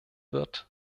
wird